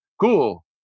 cool